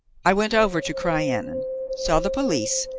i went over to crianan, saw the police,